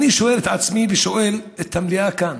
ואני שואל את עצמי ושואל את המליאה כאן: